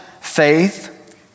faith